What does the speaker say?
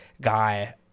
guy